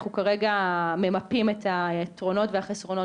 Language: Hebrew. אנחנו כרגע ממפים את היתרונות והחסרונות